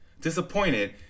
Disappointed